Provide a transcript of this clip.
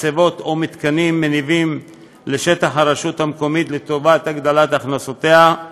מחצבות או מתקנים מניבים לשטח הרשות המקומית להגדלת הכנסותיה,